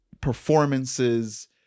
performances